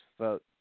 vote